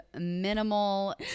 minimal